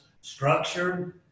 structured